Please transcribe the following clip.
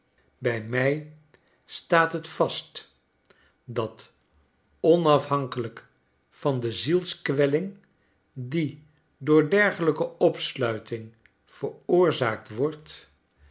bij mij staat het vast dat onafhankelijk van de zielskwelling die door dergelijke opsluiting veroorzaakt wordt